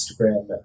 Instagram